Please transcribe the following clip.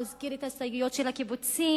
הוא הזכיר את ההסתייגויות של הקיבוצים,